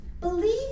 Believe